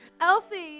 Elsie